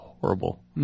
Horrible